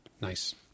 nice